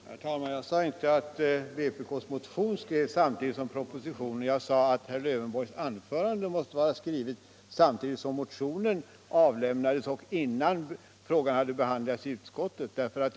Herr talman! Jag sade inte att vpk:s motion skrevs samtidigt med propositionen. Jag sade att herr Lövenborgs anförande måste vara skrivet samtidigt som motionen avlämnades och innan frågan hade behandlats i utskottet.